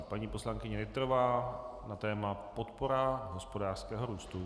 Paní poslankyně Nytrová na téma podpora hospodářského růstu.